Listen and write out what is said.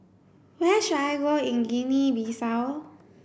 where should I go in Guinea Bissau